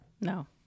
No